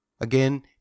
again